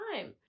time